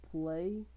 play